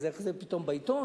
אז איך זה פתאום בעיתון?